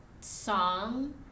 song